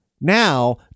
now